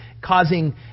causing